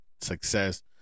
success